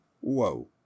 Whoa